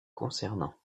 concernant